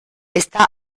está